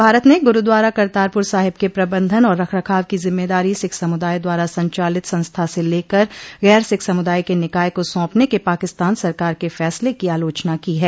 भारत ने गुरूद्वारा करतारपुर साहिब के प्रबंधन और रख रखाव की जिम्मेदारी सिख समुदाय द्वारा संचालित संस्था से लेकर गैर सिख समुदाय के निकाय को सौंपने के पाकिस्तान सरकार के फैसले की आलोचना की है